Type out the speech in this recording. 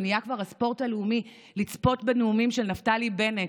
זה נהיה כבר הספורט הלאומי לצפות בנאומים של נפתלי בנט,